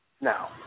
now